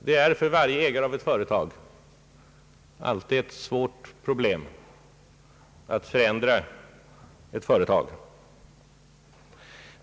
Det är för varje ägare av ett företag alltid ett svårt problem att förändra ett företag.